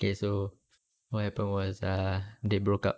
okay so what happened was uh they broke up